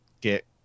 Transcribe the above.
get